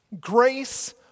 Grace